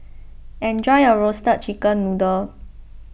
enjoy your Roasted Chicken Noodle